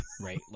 right